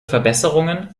verbesserungen